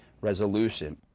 resolution